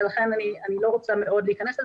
ולכן אני לא רוצה מאוד להיכנס לזה,